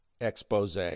expose